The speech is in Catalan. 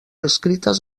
escrites